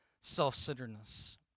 self-centeredness